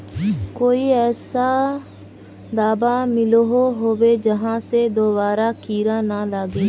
कोई ऐसा दाबा मिलोहो होबे जहा से दोबारा कीड़ा ना लागे?